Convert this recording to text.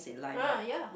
ah ya